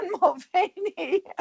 Mulvaney